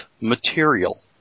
material